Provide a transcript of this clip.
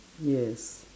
yes